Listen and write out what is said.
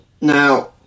Now